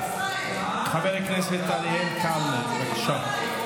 חבר הכנסת אריאל קלנר, בבקשה.